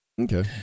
Okay